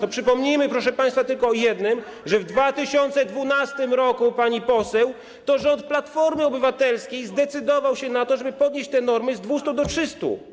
To przypomnijmy, proszę państwa, tylko o jednym: w 2012 r., pani poseł, to rząd Platformy Obywatelskiej zdecydował się na to, żeby podnieść te normy z 200 do 300.